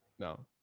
no,